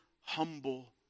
humble